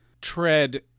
tread